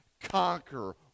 conquer